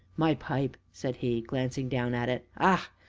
my pipe! said he, glancing down at it ah!